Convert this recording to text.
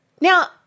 Now